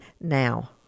now